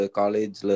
college